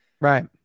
Right